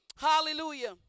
Hallelujah